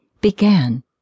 began